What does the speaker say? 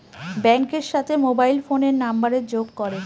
ব্যাঙ্কের সাথে মোবাইল ফোনের নাম্বারের যোগ করে